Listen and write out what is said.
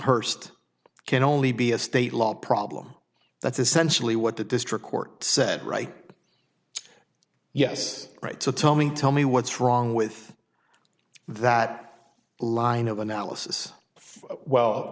hurst can only be a state law problem that's essentially what the district court said right yes right to tell me tell me what's wrong with that line of analysis well